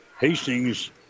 Hastings